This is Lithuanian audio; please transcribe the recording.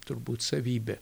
turbūt savybė